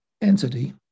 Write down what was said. entity